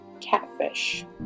catfish